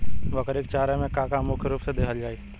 बकरी क चारा में का का मुख्य रूप से देहल जाई?